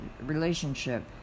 relationship